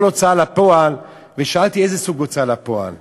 כל הוצאה לפועל, ושאלתי איזה סוג של הוצאה לפועל,